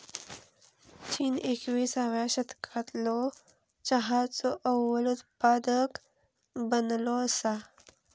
चीन एकविसाव्या शतकालो चहाचो अव्वल उत्पादक बनलो असा